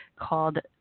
called